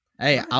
Hey